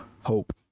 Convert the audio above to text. hope